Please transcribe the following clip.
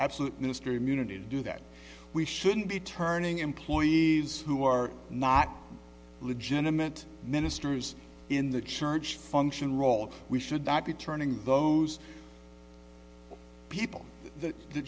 absolute ministry immunity to do that we shouldn't be turning employees who are not legitimate ministers in the church function role we should not be turning those people that the